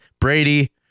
Brady